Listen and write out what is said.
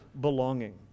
belonging